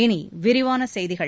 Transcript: இனி விரிவான செய்திகள்